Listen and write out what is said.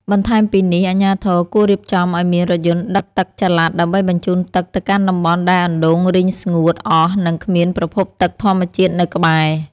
បន្ថែមពីនេះ អាជ្ញាធរគួររៀបចំឱ្យមានរថយន្តដឹកទឹកចល័តដើម្បីបញ្ជូនទឹកទៅកាន់តំបន់ដែលអណ្តូងរីងស្ងួតអស់ និងគ្មានប្រភពទឹកធម្មជាតិនៅក្បែរ។